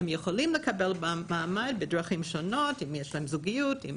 הם יכולים לקבל מעמד בדרכים שונות אם יש להם זוגיות עם